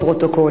על-פי התקנון.